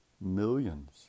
millions